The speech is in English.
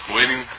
Waiting